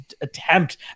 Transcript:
attempt